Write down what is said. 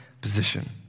position